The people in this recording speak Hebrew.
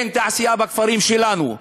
אין תעשייה בכפרים שלנו.